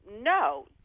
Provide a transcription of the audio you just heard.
no